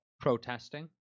Protesting